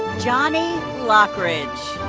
johnny lockridge.